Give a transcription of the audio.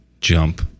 jump